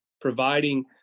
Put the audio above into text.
providing